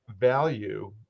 value